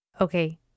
Okay